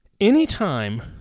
Anytime